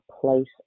place